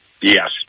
Yes